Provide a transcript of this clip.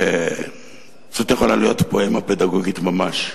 שזאת יכולה להיות פואמה פדגוגית ממש,